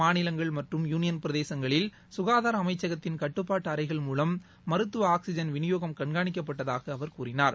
மாநிலங்கள் மற்றும் யூளியன் பிரதேசங்களில் ககாதார அமைச்சகத்தின் கட்டுப்பாட்டு அறைகள் மூலம் மருத்துவ ஆக்ஸிஜன் விநியோகம் கண்காணிக்கப் பட்டதாக அவர் கூறினார்